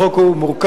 החוק הוא מורכב,